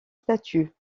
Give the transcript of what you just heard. statut